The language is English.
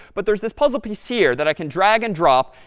but there's this puzzle piece here that i can drag and drop.